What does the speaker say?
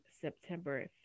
September